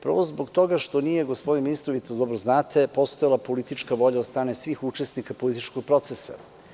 Prvo, zbog toga što nije, gospodine ministre, vi to dobro znate, postojala politička volja od strane svih učesnika političkog procesa.